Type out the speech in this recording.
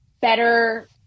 better